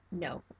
No